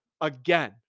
again